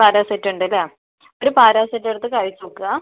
പാരാസെറ്റുണ്ടല്ലേ ഒരു പാരസെറ്റെടുത്ത് കഴിച്ച് നോക്കുക